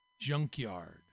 junkyard